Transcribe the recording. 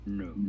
no